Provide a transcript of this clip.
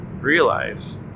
realize